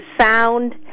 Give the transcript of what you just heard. sound